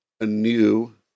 anew